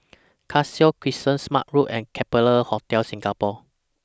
Cassia Crescent Smart Road and Capella Hotel Singapore